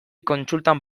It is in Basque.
kontsultan